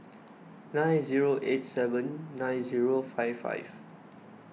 nine zero eight seven nine zero five five